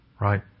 Right